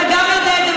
אתה יודע גם את זה,